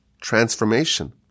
transformation